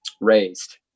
raised